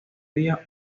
día